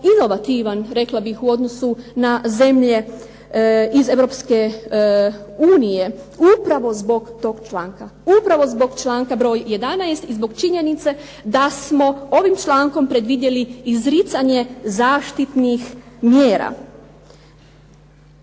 inovativan rekla bih u odnosu na zemlje Europske unije, upravo zbog toga članka, zbog članka broj 11. i zbog činjenice da smo ovim člankom predvidjeli izricanje zaštitnih mjera.